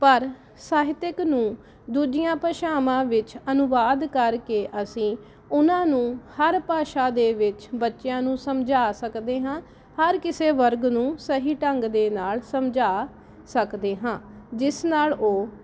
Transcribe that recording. ਪਰ ਸਾਹਿਤਿਕ ਨੂੰ ਦੂਜੀਆਂ ਭਾਸ਼ਾਵਾਂ ਵਿੱਚ ਅਨੁਵਾਦ ਕਰਕੇ ਅਸੀਂ ਉਹਨਾਂ ਨੂੰ ਹਰ ਭਾਸ਼ਾ ਦੇ ਵਿੱਚ ਬੱਚਿਆਂ ਨੂੰ ਸਮਝਾ ਸਕਦੇ ਹਾਂ ਹਰ ਕਿਸੇ ਵਰਗ ਨੂੰ ਸਹੀ ਢੰਗ ਦੇ ਨਾਲ ਸਮਝਾ ਸਕਦੇ ਹਾਂ ਜਿਸ ਨਾਲ ਉਹ